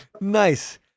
Nice